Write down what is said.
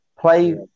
play